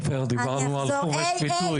עופר, דיברנו על כור היתוך.